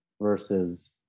versus